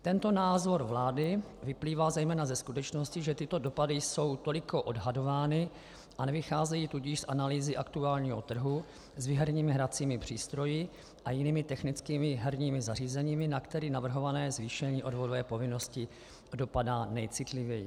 Tento názor vlády vyplývá zejména ze skutečnosti, že tyto dopady jsou toliko odhadovány, a nevycházejí tudíž z analýzy aktuálního trhu s výherními hracími přístroji a jinými technickými herními zařízeními, na který navrhované zvýšení odvodové povinnosti dopadá nejcitlivěji.